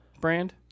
brand